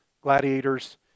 gladiators